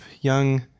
young